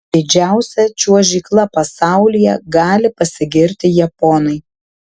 didžiausia čiuožykla pasaulyje gali pasigirti japonai